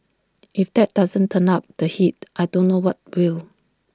if that doesn't turn up the heat I don't know what will